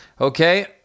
Okay